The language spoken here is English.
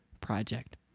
project